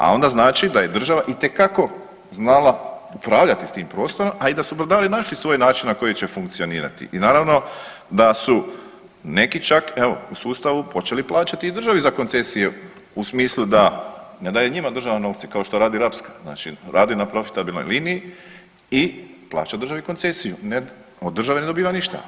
A onda znači da je država itekako znala upravljati s tim prostorom, a i da su brodari našli svoj način na koji će funkcionirati i naravno da su neki čak evo u sustavu počeli plaćati i državi za koncesije u smislu da ne daje njima država novce kao što radi rapska, znači radi na profitabilnoj liniji i plaća državi koncesiju, od države ne dobiva ništa.